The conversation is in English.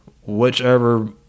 whichever